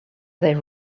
they